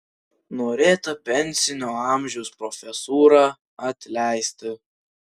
norėta pensinio amžiaus profesūrą atleisti